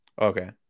Okay